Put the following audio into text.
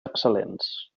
excel·lents